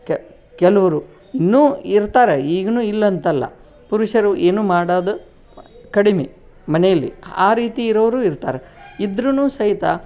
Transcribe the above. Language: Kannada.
ಕೆ ಕೆಲವರು ಇನ್ನೂ ಇರ್ತಾರೆ ಈಗಲೂ ಇಲ್ಲಂತಲ್ಲ ಪುರುಷರು ಏನೂ ಮಾಡೋದು ಕಡಿಮೆ ಮನೆಯಲ್ಲಿ ಆ ರೀತಿ ಇರೋವ್ರೂ ಇರ್ತಾರೆ ಇದ್ರುನೂ ಸಹಿತ